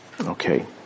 Okay